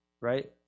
right